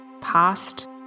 past